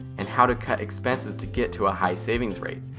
and how to cut expenses to get to a high savings rate.